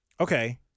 Okay